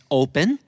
open